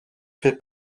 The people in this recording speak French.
fait